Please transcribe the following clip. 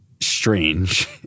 strange